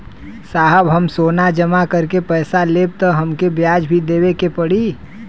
साहब हम सोना जमा करके पैसा लेब त हमके ब्याज भी देवे के पड़ी?